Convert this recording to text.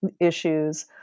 issues